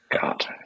God